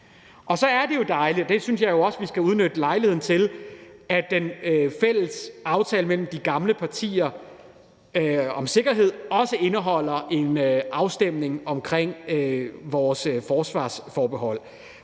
Så er det jo dejligt, og det synes jeg også vi skal benytte os af lejligheden til at nævne, at den fælles aftale mellem de gamle partier om sikkerhed også indeholder en afstemning om vores forsvarsforbehold.